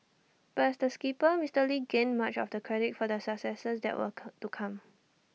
but as the skipper Mister lee gained much of the credit for the successes that were cur to come